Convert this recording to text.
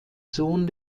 sohn